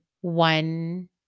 one